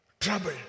trouble